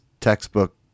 textbook